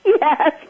Yes